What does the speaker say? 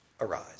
arise